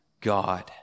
God